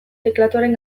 teklatuaren